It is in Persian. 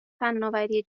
فناوری